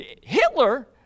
Hitler